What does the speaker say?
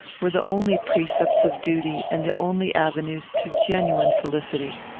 were the only precepts of duty, and the only avenues to genuine felicity.